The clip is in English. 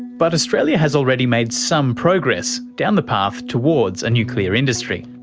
but australia has already made some progress down the path towards a nuclear industry.